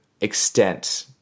extent